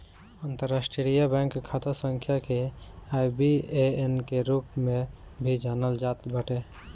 अंतरराष्ट्रीय बैंक खाता संख्या के आई.बी.ए.एन के रूप में भी जानल जात बाटे